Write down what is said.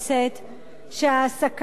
שהעסקה בקבלנות,